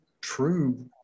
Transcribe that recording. true